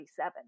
1947